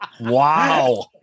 Wow